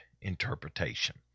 interpretation